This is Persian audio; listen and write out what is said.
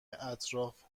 اطراف